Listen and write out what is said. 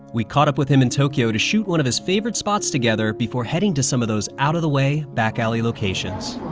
we caught up with him in tokyo to shoot one of his favorite spots together before heading to some of those out of the way back alley locations.